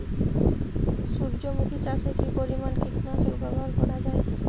সূর্যমুখি চাষে কি পরিমান কীটনাশক ব্যবহার করা যায়?